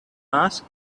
ask